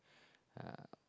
uh